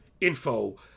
info